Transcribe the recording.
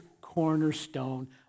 cornerstone